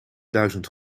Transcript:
duizend